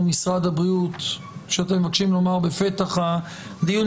משרד הבריאות שאתם מבקשים לומר בפתח הדיון,